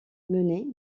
mener